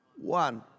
one